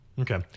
Okay